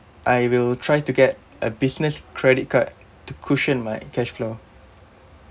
I will try to get a business credit card to cushion my cash flow